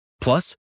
Plus